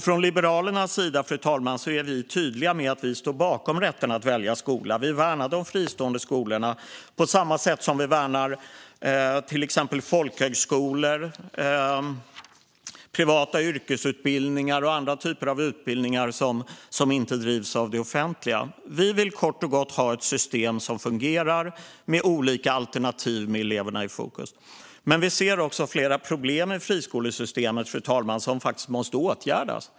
Från Liberalernas sida, fru talman, är vi tydliga med att vi står bakom rätten att välja skola. Vi värnar de fristående skolorna, på samma sätt som vi värnar till exempel folkhögskolor, privata yrkesutbildningar och andra typer av utbildningar som inte drivs av det offentliga. Vi vill kort och gott ha ett system som fungerar med olika alternativ med eleverna i fokus. Men vi ser också flera problem med friskolesystemet som faktiskt måste åtgärdas.